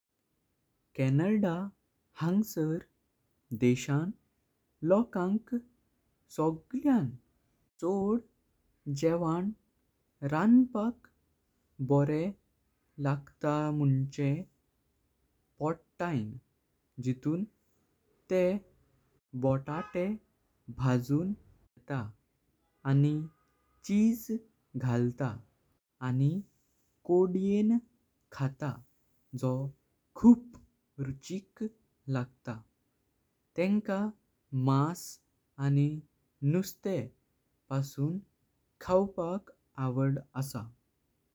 Canada हँसर देशां लोकांक सगल्यान छोद जेवण रांपाक दोरे लागता। मुळें पुटीन जितून तेह बोटाटे भाजून घेता आनी चीज घालता आनी कोड्यें खातां जो खूप रुचिक लागता। तेंका मास आनी नुस्तेह पासून खावपाक आवड असा।